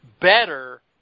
better